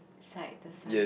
~side the sun